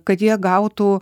kad jie gautų